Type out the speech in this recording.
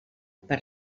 per